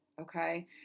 Okay